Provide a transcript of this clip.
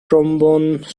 trombone